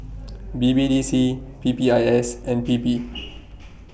B B D C P P I S and P P